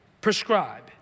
prescribe